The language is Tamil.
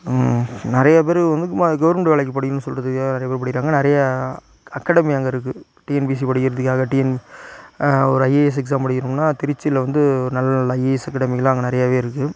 நிறைய பேரு கவர்மென்ட்டு வேலைக்கு படிக்கணும்னு சொல்கிறதுக்காக நிறைய பேரு படிக்கிறாங்க நிறையா அகாடமி அங்கே இருக்குது டிஎன்பிசி படிக்கிறதுக்காக டிஎன் ஒரு ஐஏஎஸ் எக்ஸாம் படிக்கணும்ன்னா திருச்சியில் வந்து ஒரு நல்ல நல்ல ஐஏஎஸ் அகாடமிகளெலாம் அங்கே நிறையவே இருக்குது